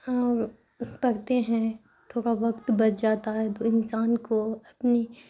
ہم پگتے ہیں تھوڑا وقت بچ جاتا ہے تو انسان کو اپنی